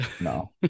No